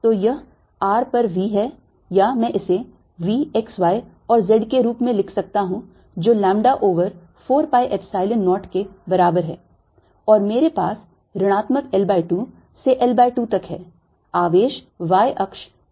तो यह r पर V है या मैं इसे V x y और z के रूप में लिख सकता हूं जो lambda over 4 pi Epsilon 0 के बराबर है और मेरे पास ऋणात्मक L by 2 से L by 2 तक है आवेश y अक्ष x y पर बैठा है